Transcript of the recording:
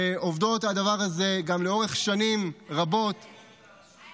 שעובדות על הדבר הזה גם לאורך שנים רבות -- היוזמת.